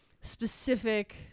specific